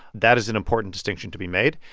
that is an important distinction to be made.